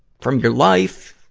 from your life,